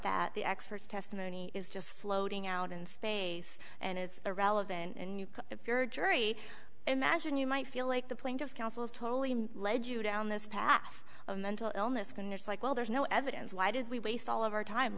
that the experts testimony is just floating out in space and it's irrelevant and if you're a jury imagine you might feel like the plaintiff counsel is totally led you down this path of mental illness going it's like well there's no evidence why did we waste all of our time